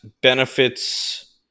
benefits